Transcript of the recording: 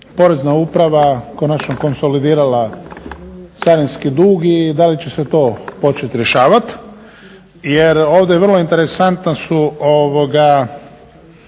porezna uprava konačno konsolidirala carinski dug i da li će se to počet rješavat jer ovdje vrlo interesantna su, ovdje